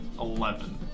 Eleven